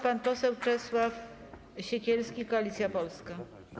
Pan poseł Czesław Siekierski, Koalicja Polska.